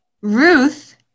Ruth